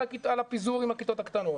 על הפיזור עם הכיתות הקטנות,